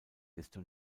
desto